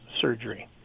surgery